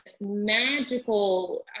magical